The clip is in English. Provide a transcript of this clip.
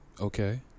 Okay